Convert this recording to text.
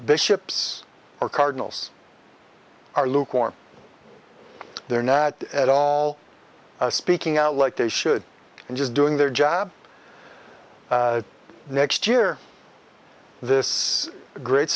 bishops or cardinals are lukewarm they're not at all speaking out like they should and just doing their job next year this great